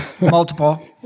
multiple